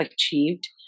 achieved